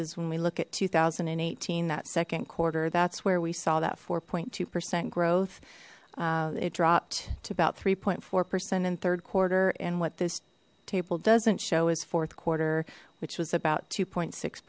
is when we look at two thousand and eighteen that second quarter that's where we saw that four point two percent growth it dropped to about three point four percent in third quarter and what this table doesn't show is fourth quarter which was about two